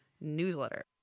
newsletter